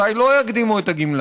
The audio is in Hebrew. מתי לא יקדימו את הגמלה?